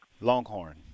Longhorn